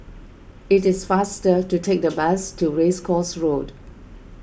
it is faster to take the bus to Race Course Road